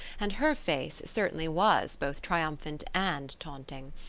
and her face certainly was both triumphant and taunting.